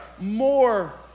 more